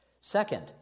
Second